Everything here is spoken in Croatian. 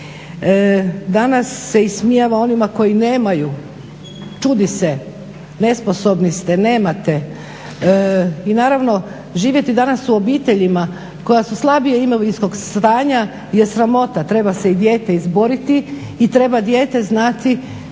Danas se ismijava onima koji nemaju, čudi se nesposobni ste, nemate. I naravno živjeti danas u obiteljima koje su slabijeg imovinskog stanja je sramota, treba se i dijete izboriti i treba dijete znati